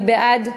מי בעד?